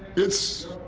it's.